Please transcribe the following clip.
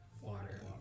water